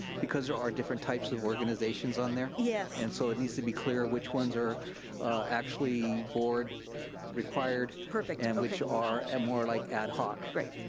because there are different types of organizations on there. yes. and so it needs to be clear which ones are actually board required. perfect, okay. and which are ah more like ad hoc. great,